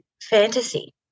fantasy